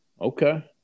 Okay